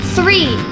Three